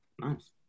Nice